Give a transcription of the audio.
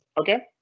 Okay